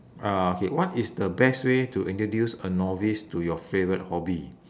uh okay what is the best way to introduce a novice to your favourite hobby